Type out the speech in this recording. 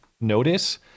notice